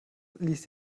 ließ